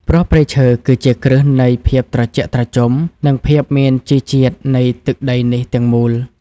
ព្រោះព្រៃឈើគឺជាគ្រឹះនៃភាពត្រជាក់ត្រជុំ និងភាពមានជីជាតិនៃទឹកដីនេះទាំងមូល។